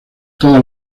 todas